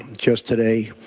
just today,